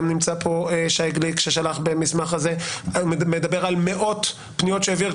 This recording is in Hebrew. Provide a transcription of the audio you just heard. גם נמצא פה שי גליק ששלח במסמך ומדבר על מאות פניות שהעביר,